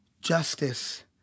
Justice